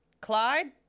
Clyde